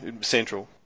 central